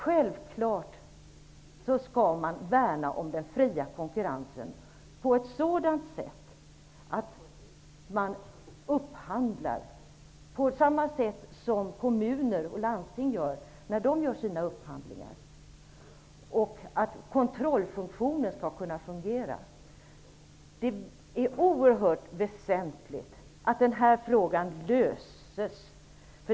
Självfallet skall man värna om den fria konkurrensen så att upphandling sker, på samma sätt som kommuner och landsting gör en upphandling vid sina inköp. Kontrollen skall kunna fungera. Det är oerhört väsentligt att denna fråga löses.